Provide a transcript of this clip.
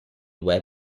web